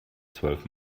zwölf